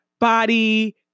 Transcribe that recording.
body